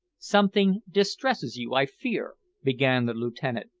something distresses you, i fear, began the lieutenant,